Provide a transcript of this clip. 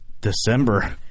December